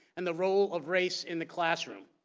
and the role of race in the classroom.